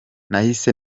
nahise